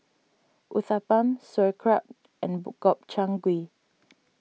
Uthapam Sauerkraut and Gobchang Gui